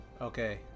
Okay